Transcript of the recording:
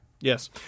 Yes